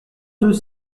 deux